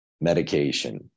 medication